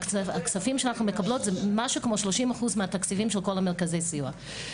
שהכספים שאנחנו מקבלות זה משהו כמו 30 אחוז מהתקציבים של כל מרכזי הסיוע.